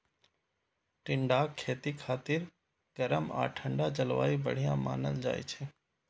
टिंडाक खेती खातिर गरम आ ठंढा जलवायु बढ़िया मानल जाइ छै